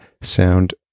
sound